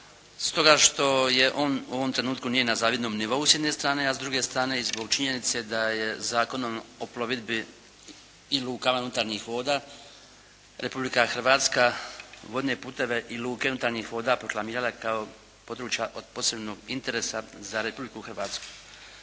stoga što on u ovom trenutku nije na zavidnom nivou s jedne strane a s druge strane i zbog činjenice da je Zakonom o plovidbi i lukama unutarnjih voda Republika Hrvatska vodne puteve i luke unutarnjih voda proklamirala kao područja od posebnog interesa za Republiku Hrvatsku.